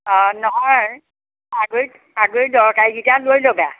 অঁ নহয় আগে আগে দৰকাৰীকেইটা লৈ ল'বা